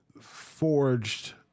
forged